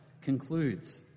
concludes